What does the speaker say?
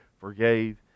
forgave